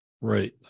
right